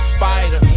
Spider